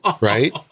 right